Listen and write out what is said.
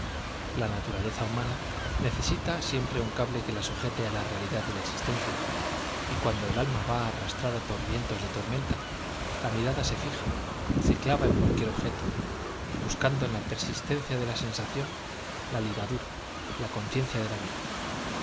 la naturaleza humana necesita siemprecable que la sujete á la realidad un de la existencia y cuando el alma va arrastrada por vientos de tormenta la mirada se fija se clava en cualquier objeto buscando en la persistencia de la sensación la ligadura la conciencia de la vida